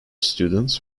students